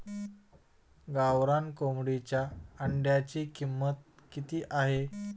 गावरान कोंबडीच्या अंड्याची किंमत किती आहे?